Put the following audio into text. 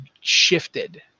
shifted